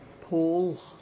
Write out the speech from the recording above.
Paul